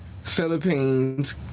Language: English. Philippines